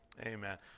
Amen